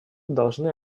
должны